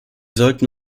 sollten